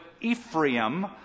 Ephraim